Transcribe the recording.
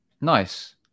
Nice